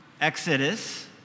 Exodus